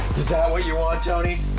is that what you want tony?